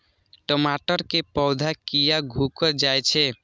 टमाटर के पौधा किया घुकर जायछे?